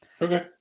Okay